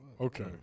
Okay